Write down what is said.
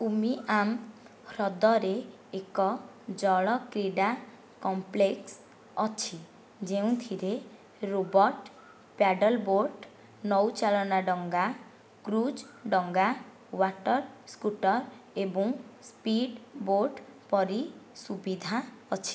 ଉମିଆମ୍ ହ୍ରଦରେ ଏକ ଜଳ କ୍ରୀଡା କମ୍ପ୍ଳେକ୍ସ ଅଛି ଯେଉଁଥିରେ ରୋ ବୋଟ୍ ପ୍ୟାଡଲବୋଟ୍ ନୌଚାଳନା ଡଙ୍ଗା କ୍ରୁଜ୍ ଡଙ୍ଗା ୱାଟର ସ୍କୁଟର ଏବଂ ସ୍ପିଡ୍ ବୋଟ୍ ପରି ସୁବିଧା ଅଛି